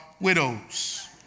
widows